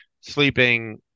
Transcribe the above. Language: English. sleeping